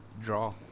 draw